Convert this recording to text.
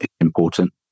important